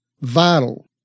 vital